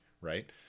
right